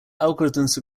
algorithms